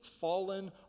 fallen